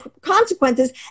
consequences